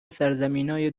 سرزمینای